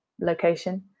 location